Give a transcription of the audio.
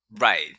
Right